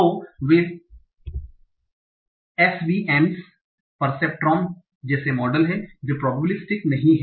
तो वे SVMs perceptron जैसे मॉडल हैं जो प्रोबेबिलिस्टिक नहीं हैं